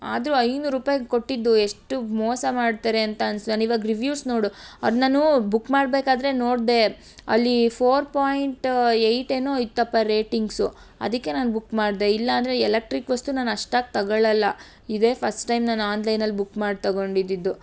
ಆದರೂ ಐನೂರು ರೂಪಾಯ್ಗೆ ಕೊಟ್ಟಿದ್ದು ಎಷ್ಟು ಮೋಸ ಮಾಡ್ತಾರೆ ಅಂತ ಅನಿಸ್ತು ನಾನು ಇವಾಗ ರಿವ್ಯೂಸ್ ನೋಡು ಅದು ನಾನೂ ಬುಕ್ ಮಾಡಬೇಕಾದ್ರೆ ನೋಡಿದೆ ಅಲ್ಲಿ ಫೋರ್ ಪಾಯಿಂಟ್ ಏಯ್ಟ್ ಏನೋ ಇತ್ತಪ್ಪ ರೇಟಿಂಗ್ಸು ಅದಕ್ಕೆ ನಾನು ಬುಕ್ ಮಾಡಿದೆ ಇಲ್ಲಾಂದರೆ ಎಲೆಕ್ಟ್ರಿಕ್ ವಸ್ತು ನಾನು ಅಷ್ಟಾಗಿ ತಗೋಳಲ್ಲ ಇದೇ ಫಸ್ಟ್ ಟೈಮ್ ನಾನು ಆನ್ಲೈನಲ್ಲಿ ಬುಕ್ ಮಾಡಿ ತಗೊಂಡಿದ್ದದ್ದು